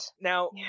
Now